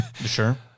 Sure